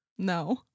No